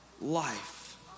life